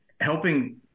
helping